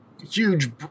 Huge